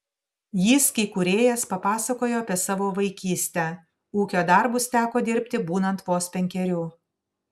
jysk įkūrėjas papasakojo apie savo vaikystę ūkio darbus teko dirbti būnant vos penkerių